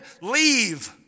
Leave